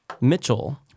Mitchell